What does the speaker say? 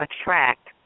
attract